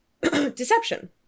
deception